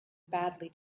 badly